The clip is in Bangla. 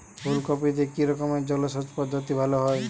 ফুলকপিতে কি রকমের জলসেচ পদ্ধতি ভালো হয়?